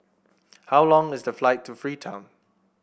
how long is the flight to Freetown